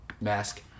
mask